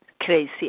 crazy